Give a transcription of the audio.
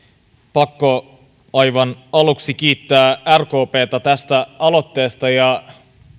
pakko aivan aluksi kiittää rkptä tästä aloitteesta ja